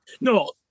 No